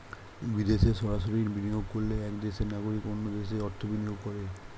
বিদেশে সরাসরি বিনিয়োগ করলে এক দেশের নাগরিক অন্য দেশে অর্থ বিনিয়োগ করে